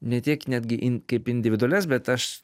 ne tiek netgi in kaip individualias bet aš